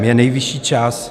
Je nejvyšší čas.